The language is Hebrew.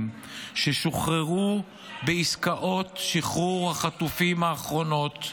ששוחררו בעסקאות שחרור החטופים האחרונות,